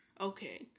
Okay